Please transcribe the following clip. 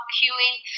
cueing